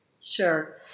Sure